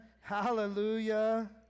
Hallelujah